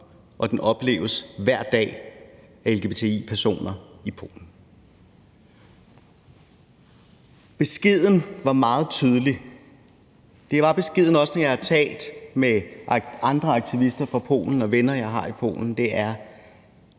og den opleves hver dag af lgbti-personer i Polen. Beskeden var meget tydelig. Det er beskeden også, når jeg har talt med andre aktivister fra Polen og venner, jeg har i Polen.